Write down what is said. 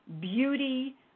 beauty